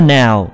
now